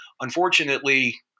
Unfortunately